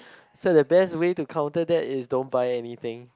so the best way to counter that is don't buy anything